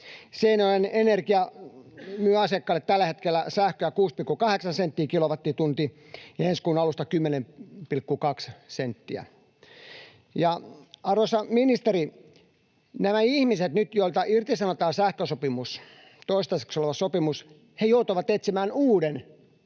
Seinäjoen Energia myy asiakkaille tällä hetkellä sähköä 6,8 senttiä kilowattitunti ja ensi kuun alusta 10,2 senttiä. Arvoisa ministeri, nämä ihmiset, joilta nyt irtisanotaan sähkösopimus, toistaiseksi oleva sopimus, joutuvat etsimään uuden paikan,